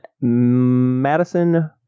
Madison